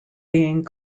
being